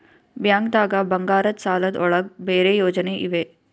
ಬ್ಯಾಂಕ್ದಾಗ ಬಂಗಾರದ್ ಸಾಲದ್ ಒಳಗ್ ಬೇರೆ ಯೋಜನೆ ಇವೆ?